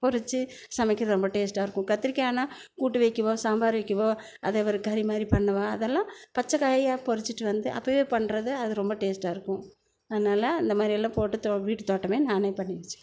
பொறிச்சு சமைக்கிறது ரொம்ப டேஸ்ட்டாக இருக்கும் கத்திரிக்கான்னா கூட்டு வைக்கவோ சாம்பார் வைக்கவோ அத ஒரு கறி மாதிரி பண்ணவோ அதெல்லாம் பச்சை காயாக பொறிச்சிவிட்டு வந்து அப்போவே பண்ணுறது அது ரொம்ப டேஸ்ட்டாக இருக்கும் அதனால் அந்த மாதிரி எல்லாம் போட்டு தோ வீட்டுத் தோட்டமே நானே பண்ணி வச்சுக்குவேன்